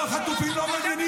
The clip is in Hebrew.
לא החטופים, לא,